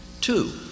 Two